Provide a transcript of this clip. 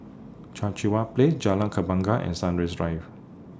Cheang What Play Jalan Kembangan and Sunrise Drive